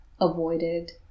avoided